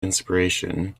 inspiration